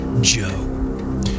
Joe